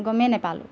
গমেই নেপালোঁ